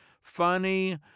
Funny